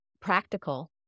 practical